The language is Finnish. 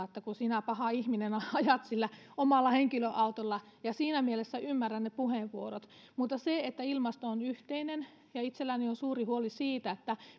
että kun sinä paha ihminen ajat sillä omalla henkilöautolla siinä mielessä ymmärrän ne puheenvuorot mutta ilmasto on yhteinen ja itselläni on suuri huoli siitä